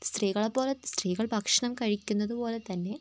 സ്ത്രീകളെ പോലെ സ്ത്രീകൾ ഭക്ഷണം കഴിക്കുന്നത് പോലെ തന്നെ